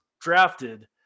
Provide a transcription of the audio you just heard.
drafted